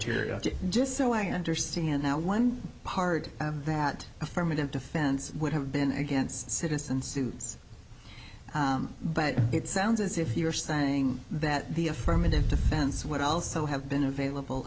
period just so i understand how one part of that affirmative defense would have been against citizen suits but it sounds as if you're saying that the affirmative defense would also have been available